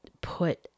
put